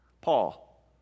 Paul